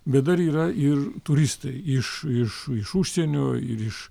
bet dar yra ir turistai iš iš iš užsienio ir iš